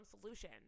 solution